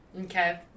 Okay